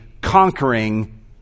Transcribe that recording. conquering